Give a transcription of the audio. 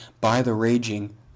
by-the-raging